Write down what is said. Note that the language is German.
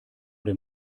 dem